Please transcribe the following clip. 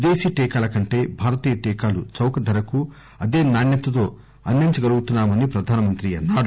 విదేశీ టీకాల కంటే భారతీయ టీకాలు చౌక ధరకు అదే నాణ్యతతో అందించగలుగుతున్నా మని ప్రధాని అన్నారు